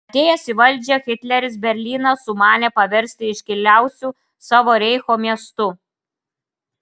atėjęs į valdžią hitleris berlyną sumanė paversti iškiliausiu savo reicho miestu